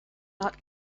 not